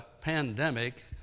pandemic